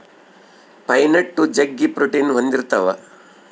pine nut ಜಗ್ಗಿ protein ಹೊಂದಿರ್ತವ